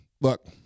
look